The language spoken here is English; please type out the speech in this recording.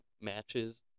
matches